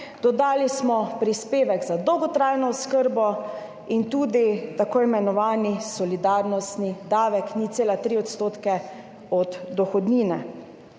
Dodali smo prispevek za dolgotrajno oskrbo in tudi tako imenovani solidarnostni davek 0,3 % od dohodnine,